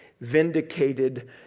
vindicated